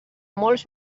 molts